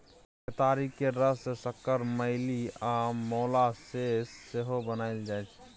केतारी केर रस सँ सक्कर, मेली आ मोलासेस सेहो बनाएल जाइ छै